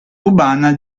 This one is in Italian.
cubana